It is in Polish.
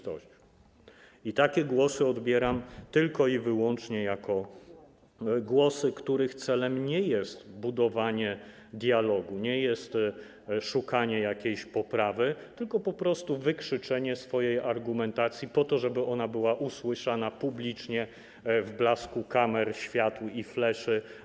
Takie głosy odbieram tylko i wyłącznie jako głosy, których celem nie jest budowanie dialogu, nie jest szukanie poprawy, tylko po prostu wykrzyczenie swojej argumentacji po to, żeby była ona usłyszana publicznie, w blasku kamer, świateł i fleszy.